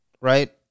right